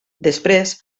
després